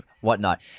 whatnot